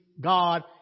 God